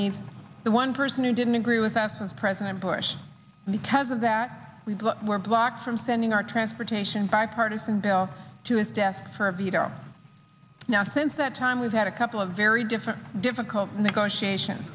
needs the one person who didn't agree with us was president bush because of that we were blocked from sending our transportation bipartisan bill to his desk for a veto now since that time we've had a couple of very different difficult negotiation